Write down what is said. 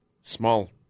Small